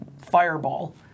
fireball